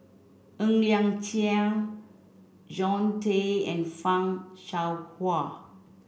Ng Liang Chiang Jean Tay and Fan Shao Hua